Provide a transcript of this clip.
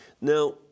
Now